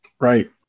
Right